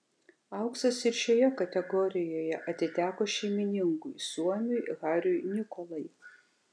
auksas ir šioje kategorijoje atiteko šeimininkui suomiui hariui nikolai